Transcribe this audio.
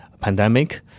pandemic